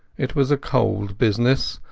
it was a cold business,